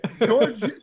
George